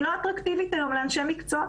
היא לא אטרקטיבית היום לאנשי מקצוע.